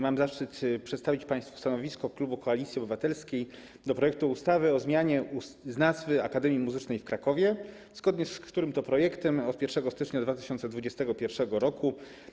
Mam zaszczyt przedstawić państwu stanowisko klubu Koalicji Obywatelskiej wobec projektu ustawy o zmianie nazwy Akademii Muzycznej w Krakowie, zgodnie z którym to projektem od 1 stycznia 2021 r.